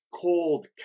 Cold